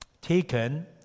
taken